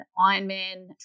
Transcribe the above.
Ironman